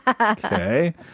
Okay